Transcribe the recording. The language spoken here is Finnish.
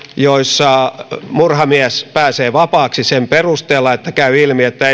joissa murhamies pääsee vapaaksi sen perusteella että käy ilmi että